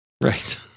Right